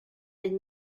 been